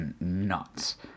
nuts